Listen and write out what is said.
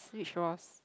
which Rozz